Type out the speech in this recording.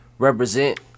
Represent